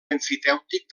emfitèutic